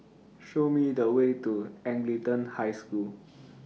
Show Me The Way to Anglican High School